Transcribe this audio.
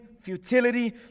futility